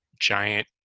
giant